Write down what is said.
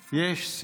יש.